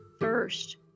first